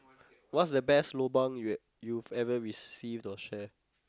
what's the best lobang you you've ever received or share